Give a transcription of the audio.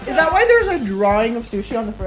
that why there's a drawing of sushi on